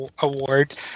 Award